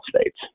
states